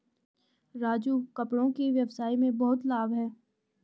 राजू कपड़ों के व्यवसाय में बहुत लाभ है